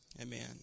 amen